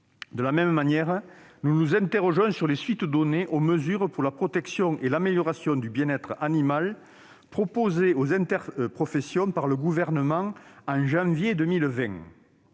De la même manière, nous nous interrogeons sur les suites données aux « mesures pour la protection et l'amélioration du bien-être animal », proposées aux interprofessions par le Gouvernement en janvier 2020.